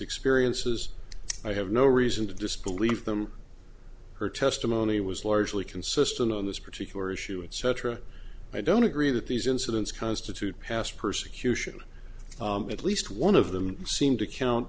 experiences i have no reason to disbelieve them her testimony was largely consistent on this particular issue and cetera i don't agree that these incidents constitute past persecution at least one of them seem to count